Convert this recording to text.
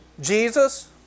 Jesus